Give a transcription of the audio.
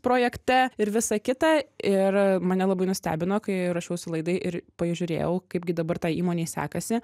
projekte ir visa kita ir mane labai nustebino kai ruošiausi laidai ir pažiūrėjau kaip gi dabar tai įmonei sekasi